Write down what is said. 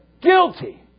Guilty